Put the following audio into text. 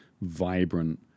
vibrant